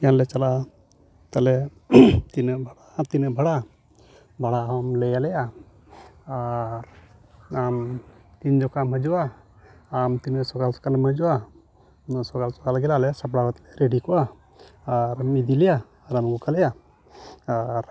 ᱜᱟᱱᱞᱮ ᱪᱟᱞᱟᱜᱼᱟ ᱛᱟᱦᱚᱞᱮ ᱛᱤᱱᱟᱹᱜ ᱵᱷᱟᱲᱟ ᱛᱤᱱᱟᱹᱜ ᱵᱷᱟᱲᱟ ᱦᱚᱢ ᱞᱟᱹᱭ ᱟᱞᱮᱭᱟ ᱟᱨ ᱟᱢ ᱛᱤᱱ ᱡᱚᱠᱷᱚᱱᱮᱢ ᱦᱤᱡᱩᱜᱼᱟ ᱟᱢ ᱛᱤᱱᱟᱹᱜ ᱥᱚᱠᱟᱞ ᱥᱚᱠᱟᱞᱮᱢ ᱦᱤᱡᱩᱜᱼᱟ ᱩᱱᱟᱹᱜ ᱥᱚᱠᱟᱞ ᱥᱚᱠᱟᱞ ᱜᱮ ᱟᱞᱮᱞᱮ ᱥᱟᱯᱲᱟᱣ ᱨᱮᱰᱤ ᱠᱚᱜᱼᱟ ᱟᱨᱮᱢ ᱤᱫᱤ ᱞᱮᱭᱟ ᱟᱨᱮᱢ ᱟᱹᱜᱩ ᱠᱟᱞᱮᱭᱟ ᱟᱨ